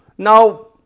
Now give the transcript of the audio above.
now,